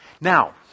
Now